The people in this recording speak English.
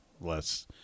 less